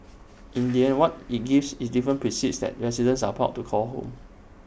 in the end what IT gives IT given precincts that residents are proud to call home